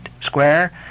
square